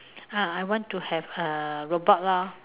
ah I want to have a robot lor